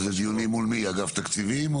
מול מי הדיונים?